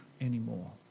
anymore